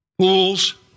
Pools